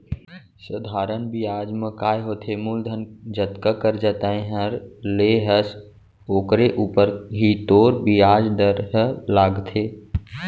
सधारन बियाज म काय होथे मूलधन जतका करजा तैंहर ले हस ओकरे ऊपर ही तोर बियाज दर ह लागथे